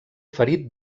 ferit